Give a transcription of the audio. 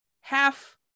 Half